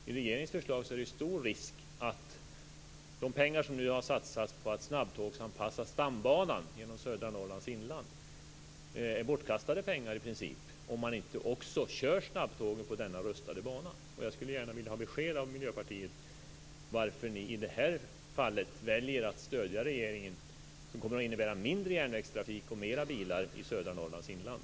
Med regeringens förslag är det stor risk att de pengar som har satsats på att snabbtågsanpassa stambanan genom södra Norrlands inland i princip är bortkastade pengar, vilket de ju är om man inte också kör snabbtågen på denna rustade bana. Jag skulle gärna vilja ha besked om varför Miljöpartiet i det här fallet väljer att stödja regeringen, vilket kommer att innebära mindre järnvägstrafik och mera bilar i södra Norrlands inland.